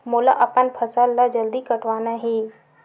मोला अपन फसल ला जल्दी कटवाना हे?